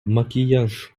макіяж